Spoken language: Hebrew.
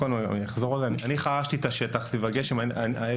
וכל צוות המשרד, חרשנו את השטח סביב תכנית הגפ"ן.